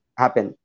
happen